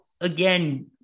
again